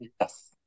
Yes